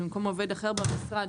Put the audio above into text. במקום עובד אחר במשרד,